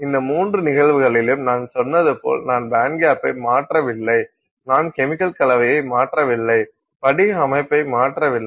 இந்த மூன்று நிகழ்வுகளிலும் நான் சொன்னது போல் நான் பேண்ட்கேப்பை மாற்றவில்லை நான் கெமிக்கல் கலவையை மாற்றவில்லை படிக அமைப்பை மாற்றவில்லை